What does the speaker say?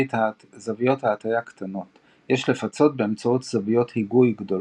על זוויות הטיה קטנות יש לפצות באמצעות זוויות היגוי גדולות.